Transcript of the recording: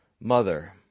Mother